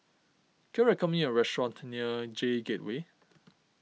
can you recommend me a restaurant near J Gateway